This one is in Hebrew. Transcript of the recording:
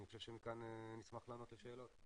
אני חושב שמכאן נשמח לענות לשאלות.